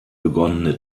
begonnene